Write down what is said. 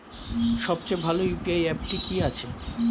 সবচেয়ে ভালো ইউ.পি.আই অ্যাপটি কি আছে?